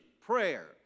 prayer